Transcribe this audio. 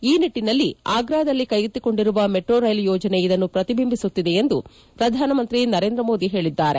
ಈ ನಿಟ್ಟನಲ್ಲಿ ಆಗ್ರಾದಲ್ಲಿ ಕೈಗೆತ್ತಿಕೊಂಡಿರುವ ಮೆಟ್ರೋ ರೈಲು ಯೋಜನೆ ಇದನ್ನು ಪ್ರತಿಬಿಂಬಿಸುತ್ತಿದೆ ಎಂದು ಪ್ರಧಾನಮಂತ್ರಿ ನರೇಂದ್ರ ಮೋದಿ ಹೇಳಿದ್ದಾರೆ